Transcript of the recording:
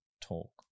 talk